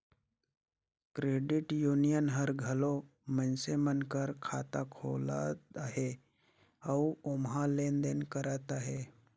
credit union हर घलो मइनसे मन कर खाता खोलत अहे अउ ओम्हां लेन देन करत अहे